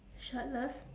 shirtless